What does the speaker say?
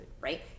right